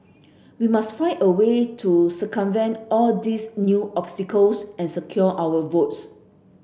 we must find a way to circumvent all these new obstacles and secure our votes